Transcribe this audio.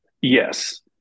yes